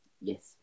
Yes